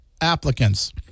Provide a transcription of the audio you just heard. applicants